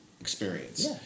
experience